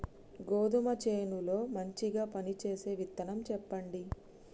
గోధుమ చేను లో మంచిగా పనిచేసే విత్తనం చెప్పండి?